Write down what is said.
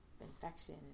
infection